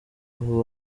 abo